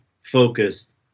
focused